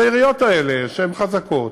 אז העיריות האלה, שהן חזקות,